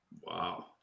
Wow